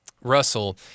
Russell